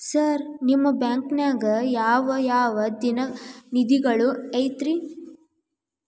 Sir ನಿಮ್ಮ ಬ್ಯಾಂಕನಾಗ ಯಾವ್ ಯಾವ ನಿಧಿಗಳು ಐತ್ರಿ?